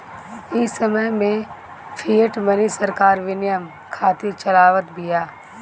इ समय में फ़िएट मनी सरकार विनिमय खातिर चलावत बिया